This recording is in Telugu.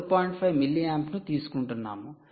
5 mA ను తీసుకుంటున్నాము